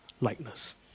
likeness